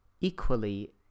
equally